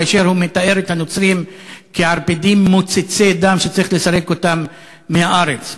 כאשר הוא מתאר את הנוצרים כערפדים מוצצי דם שצריך לסלק אותם מהארץ,